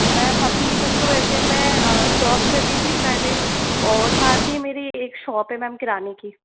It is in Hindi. मैम अभी तक तो वैसे मैं जॉब कर रही थी प्राइवेट और साथ ही मेरी एक शॉप है मैम किराने की